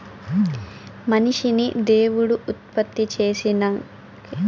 మనిషిని దేవుడు ఉత్పత్తి చేసినంకే అన్నీ మనుసులు ఉత్పత్తి చేస్తుండారు